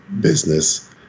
business